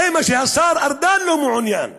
זה מה שהשר ארדן לא מעוניין בו.